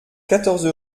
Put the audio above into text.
quatorze